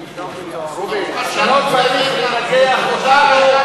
אתה לא צריך לנגח אותנו.